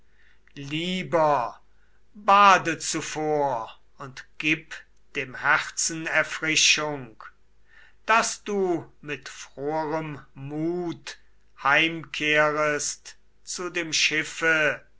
lieber bade zuvor und gib dem herzen erfrischung daß du mit froherem mut heimkehrest und zu dem schiffe